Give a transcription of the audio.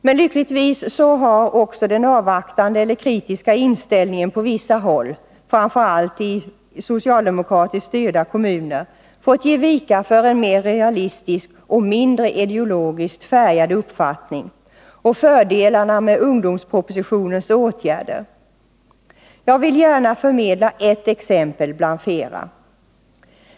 Men lyckligtvis har också den kritiska inställningen på vissa håll, framför allt i socialdemokratiskt styrda kommuner, fått ge vika för en mera realistisk och mindre ideologiskt färgad uppfattning om fördelarna med ungdomspro positionens åtgärder. Jag vill gärna förmedla ett exempel bland flera.